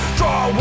draw